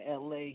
LA